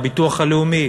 והביטוח לאומי,